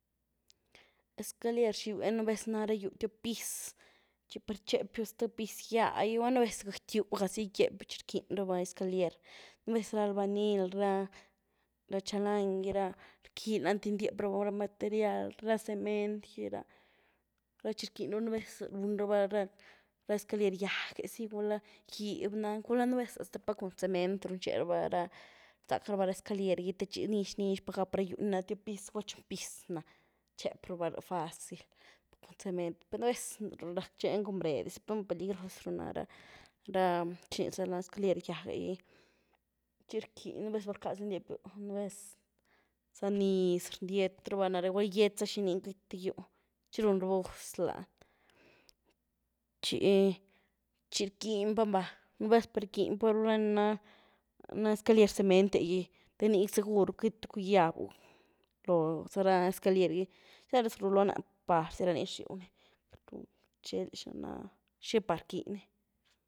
Escaler rxiwni nu’ vez na ra gyú tiop piz, txi par txepyu zty piz gýa, gulá nu’ vez guëquy-gyú ga zy gyepiu txi rquëin raba escaler, nu’ vez ra albañil ra-ra chalan gy ra rquëiny lani te gindiep raba material, ra cement gy ra, ra txi rquëin raba, nu’ vez run raba ra-ra escaler gyage’ zy gulá gíb nany, gulá nu’ vez hasta pa’ cun cement runxé raba ra runzak raba ra ecaler gy te txi nix-nix pa gap ra gyúh ni na tiop piz gulá chon piz na, chep raba ry fácil cun cement, nu’ vez rakcheny cun bred, supongo peligróz ru ná ra – ra ¿xini za lani? Escaler gyag gí, txi rquiny nu’ vez txi rcasu gyndié piu nu’ vez za niiz rniet raba nare, gulá gyet za xini gëqui-gyú, txi run raba gus lany, txi – txi rquiny pany va, nu’ vez rquiny páru ra ni na na escaler cement’e gy te ni segur-ru quity pa’cu gyábu lo za ra escaler gy, par zy rani rxiw ni, queity rú rtxeldia xi par rquëin ny.